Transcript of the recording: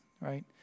Right